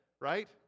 Right